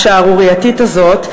השערורייתית הזאת.